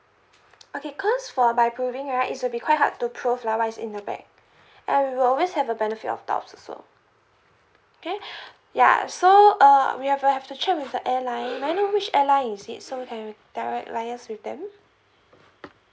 okay cause for by proving right is will be quite hard to prove like what's in your bag and we will always have a benefit of doubts also okay yeah so uh we have uh have to check with the airline may I know which airline is it so we can direct liaise with them